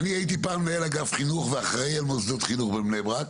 אני באתי ואמרתי שיש חוק, יש היום תמ"א.